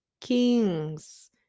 Kings